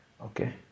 Okay